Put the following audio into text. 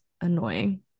annoying